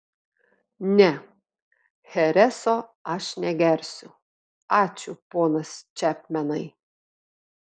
ne chereso aš negersiu ačiū ponas čepmenai